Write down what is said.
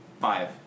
Five